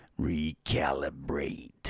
Recalibrate